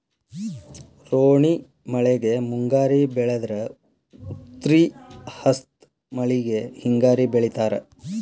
ರೋಣಿ ಮಳೆಗೆ ಮುಂಗಾರಿ ಬೆಳದ್ರ ಉತ್ರಿ ಹಸ್ತ್ ಮಳಿಗೆ ಹಿಂಗಾರಿ ಬೆಳಿತಾರ